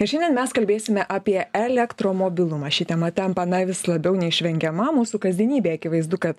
ir šiandien mes kalbėsime apie elektromobilumą ši tema tampa vis labiau neišvengiama mūsų kasdienybėj akivaizdu kad